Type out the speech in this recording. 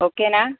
ఓకేనా